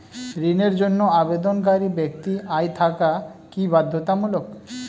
ঋণের জন্য আবেদনকারী ব্যক্তি আয় থাকা কি বাধ্যতামূলক?